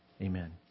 Amen